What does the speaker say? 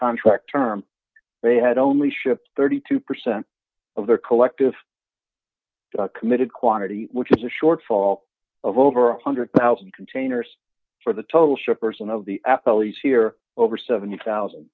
contract term they had only shipped thirty two percent of their collective committed quantity which is a shortfall of over one hundred thousand containers for the total show person of the apple he's here over seventy thousand